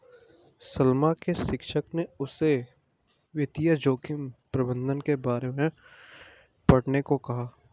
सलमा के शिक्षक ने उसे वित्तीय जोखिम प्रबंधन के बारे में पढ़ने को कहा